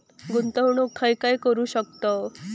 गुंतवणूक खय खय करू शकतव?